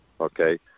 Okay